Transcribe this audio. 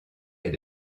est